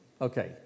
Okay